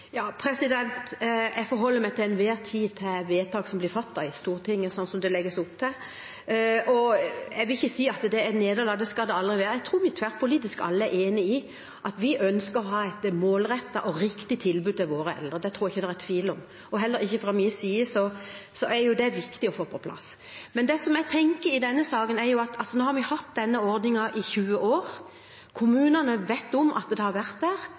Jeg forholder meg til enhver tid til vedtak som blir fattet i Stortinget, sånn som det legges opp til, og jeg vil ikke si at det er et nederlag – det skal det aldri være. Jeg tror vi alle – tverrpolitisk – er enig i at vi ønsker å ha et målrettet og riktig tilbud til våre eldre. Det tror jeg ikke det er tvil om, og det er viktig å få på plass. Men nå har vi altså hatt denne ordningen i 20 år, kommunene vet om at den har vært der, mange har søkt, og vi har fremdeles tre år til, slik at i de kommunene der